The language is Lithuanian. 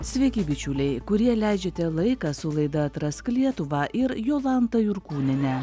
sveiki bičiuliai kurie leidžiate laiką su laida atrask lietuvą ir jolanta jurkūniene